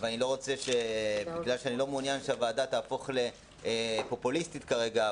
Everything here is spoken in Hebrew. אני לא מעוניין שהוועדה תהפוך לפופוליסטית כרגע,